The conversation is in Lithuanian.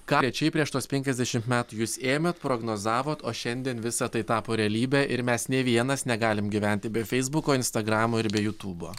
ką konkrečiai prieš tuos penkiasdešimt metų jūs ėmėt prognozavot o šiandien visa tai tapo realybe ir mes nė vienas negalime gyventi be feisbuko instagramo ir be jutubo